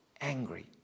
angry